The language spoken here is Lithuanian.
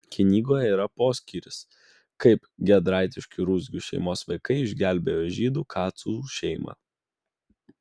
knygoje yra poskyris kaip giedraitiškių ruzgių šeimos vaikai išgelbėjo žydų kacų šeimą